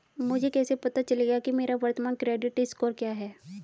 मुझे कैसे पता चलेगा कि मेरा वर्तमान क्रेडिट स्कोर क्या है?